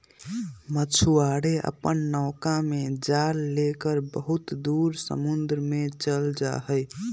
मछुआरे अपन नौका में जाल लेकर बहुत दूर समुद्र में चल जाहई